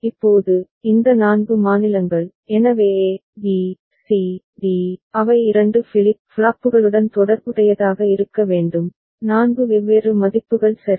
இப்போது இந்த 4 மாநிலங்கள் எனவே a b c d அவை 2 ஃபிளிப் ஃப்ளாப்புகளுடன் தொடர்புடையதாக இருக்க வேண்டும் 4 வெவ்வேறு மதிப்புகள் சரி